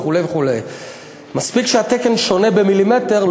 וכו' וכו' מספיק שהתקן שונה במילימטר,